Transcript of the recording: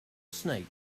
snake